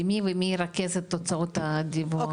למי ומי מרכז את תוצאות הדיווח?